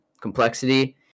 Complexity